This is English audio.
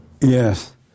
Yes